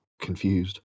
confused